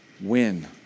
win